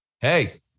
hey